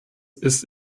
ist